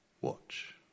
watch